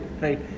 right